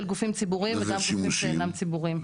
של גופים ציבוריים וגם של גופים שאינם ציבוריים.